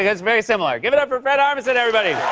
it's very similar. give it up for fred armisen, everybody.